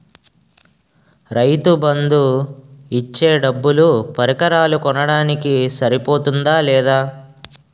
రైతు బందు ఇచ్చే డబ్బులు పరికరాలు కొనడానికి సరిపోతుందా లేదా?